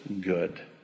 good